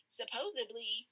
supposedly